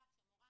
כאשר המורה